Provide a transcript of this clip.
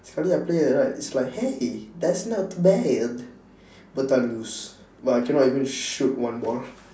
suddenly I play like it's like hey that's not too bad but I lose but I cannot even shoot one ball